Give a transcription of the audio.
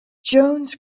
jones